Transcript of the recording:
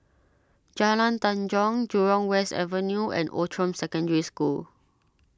Jalan Tanjong Jurong West Avenue and Outram Secondary School